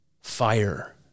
fire